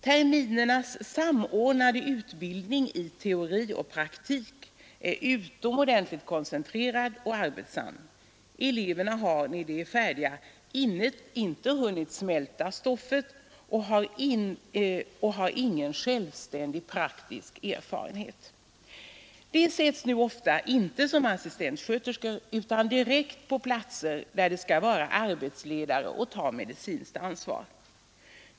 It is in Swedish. Terminernas samordnade utbildning i teori och praktik är utomordentligt koncentrerad och arbetsam. Eleverna har när de är färdiga inte hunnit smälta lärostoffet och har ingen självständig praktisk erfarenhet. De sättes nu ofta inte in som assistentsköterskor utan direkt på platser, där de skall vara arbetsledare och ta medicinskt ansvar.